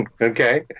okay